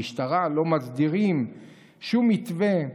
במשטרה לא מסדירים שום מתווה,